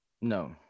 No